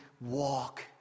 walk